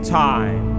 time